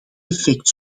effect